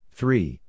Three